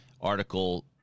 Article